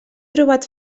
trobat